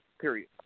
Period